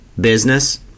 business